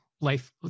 life